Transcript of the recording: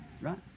right